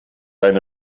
eine